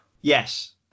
Yes